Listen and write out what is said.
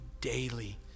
daily